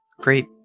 great